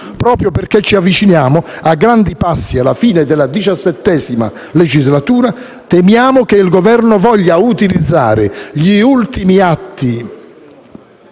Proprio perché ci avviciniamo a grandi passi alla fine della XVII legislatura, temiamo che il Governo voglia utilizzare gli ultimi atti